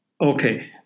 Okay